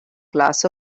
glass